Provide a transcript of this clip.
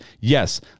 Yes